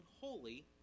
holy